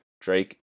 Drake